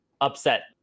upset